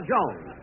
Jones